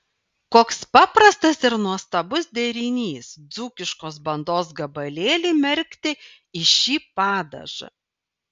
koks paprastas ir nuostabus derinys dzūkiškos bandos gabalėlį merkti į šį padažą